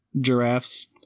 giraffes